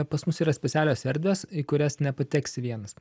pas mus yra specialios erdvės į kurias nepateksi vienas